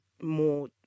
more